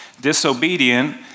disobedient